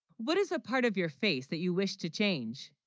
what is the part of your face that you wish to change?